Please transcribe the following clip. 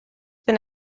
been